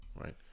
right